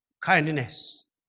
Kindness